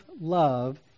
love